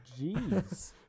Jeez